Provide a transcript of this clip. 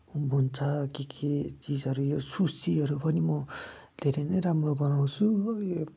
हुन्छ के के चिजहरू यो सुसीहरू पनि म धेरै नै राम्रो बनाउँछु हो यो